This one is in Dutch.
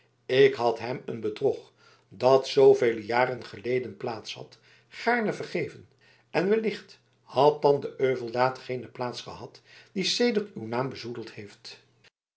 ik had hem een bedrog dat zoovele jaren geleden plaats had gaarne vergeven en wellicht had dan de euveldaad geene plaats gehad die sedert uw naam bezoedeld heeft